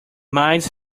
mines